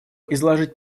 изложить